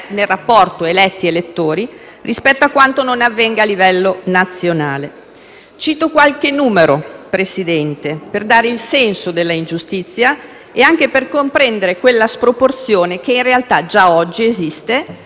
Cito qualche numero, signor Presidente, per dare il senso dell'ingiustizia e per comprendere quella sproporzione che in realtà già oggi esiste, ma che, nel caso in cui la riforma andasse avanti, diverrebbe ancora più consistente.